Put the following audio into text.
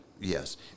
Yes